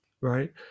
right